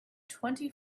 twenty